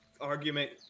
argument